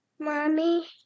Mommy